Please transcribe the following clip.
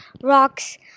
Rocks